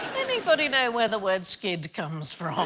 anybody know where the word skid comes from?